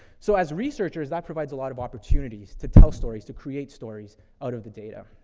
so as researchers, that provides a lot of opportunities to tell stories, to create stories out of the data.